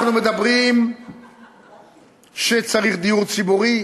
אנחנו מדברים על כך שצריך דיור ציבורי,